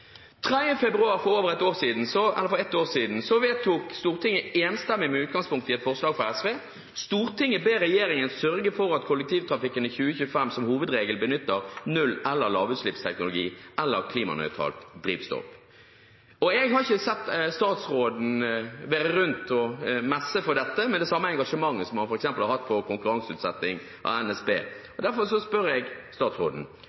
februar for over et år siden vedtok Stortinget enstemmig med utgangspunkt i et forslag fra SV følgende: «Stortinget ber regjeringen sørge for at kollektivtrafikken i 2025 som hovedregel benytter null- eller lavutslippsteknologi eller klimanøytralt drivstoff.» Jeg har ikke sett statsråden være rundt og messe for dette med det samme engasjementet som han f.eks. har hatt for konkurranseutsetting av NSB. Derfor spør jeg statsråden: